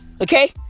Okay